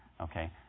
Okay